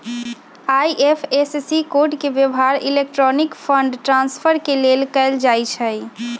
IFSC code के व्यव्हार electronic fund transfer के लेल कएल जाइ छइ